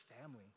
family